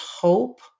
hope